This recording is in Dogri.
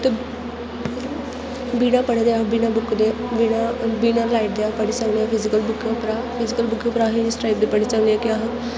ते बिना पढ़े दे अस बिना बुक्क दे बिना बिना लाईट दे अह् पढ़ी सकने आं फिजीकल बुक्क उप्परा फिजीकल बुक्क उप्परा अस इस टाईप दे बी पढ़ी सकने आं कि अस